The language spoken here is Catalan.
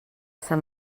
sant